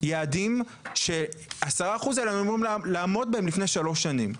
יעדים והיינו אמורים לעמוד ב-10% האלה לפני שלוש שנים.